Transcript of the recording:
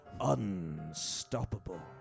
unstoppable